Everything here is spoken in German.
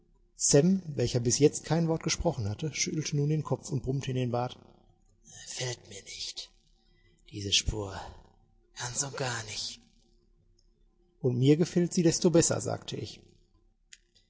welcher bis jetzt kein wort gesprochen hatte schüttelte nun den kopf und brummte in den bart gefällt mir nicht diese spur ganz und gar nicht und mir gefällt sie desto besser sagte ich